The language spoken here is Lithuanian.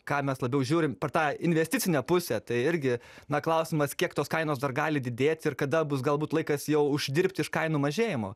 ką mes labiau žiūrim per tą investicinę pusę tai irgi na klausimas kiek tos kainos dar gali didėti ir kada bus galbūt laikas jau uždirbti iš kainų mažėjimo